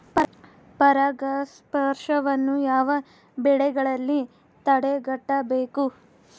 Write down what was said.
ಪರಾಗಸ್ಪರ್ಶವನ್ನು ಯಾವ ಬೆಳೆಗಳಲ್ಲಿ ತಡೆಗಟ್ಟಬೇಕು?